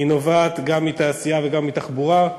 היא נובעת גם מתעשייה וגם מתחבורה.